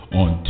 on